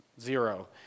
zero